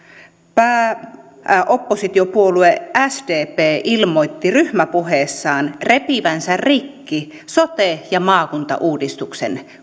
pääoppositiopuolue sdp ilmoitti ryhmäpuheessaan repivänsä rikki sote ja maakuntauudistuksen